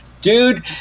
dude